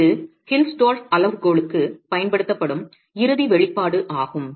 இது ஹில்ஸ்டோர்ஃப் அளவுகோலுக்குப் பயன்படுத்தப்படும் இறுதி வெளிப்பாடு ஆகும்